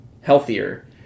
healthier